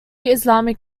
islamic